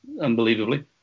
unbelievably